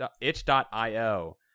itch.io